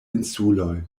insuloj